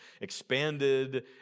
expanded